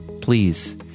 please